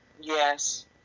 yes